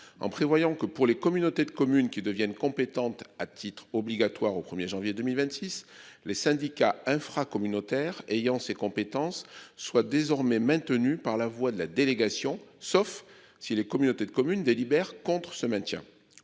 en prévoyant que pour les communautés de communes qui deviennent compétentes à titre obligatoire au 1er janvier 2026 les syndicats infra-communautaire ayant ces compétences soient désormais maintenu par la voix de la délégation, sauf si les communautés de commune délibère contres se maintient.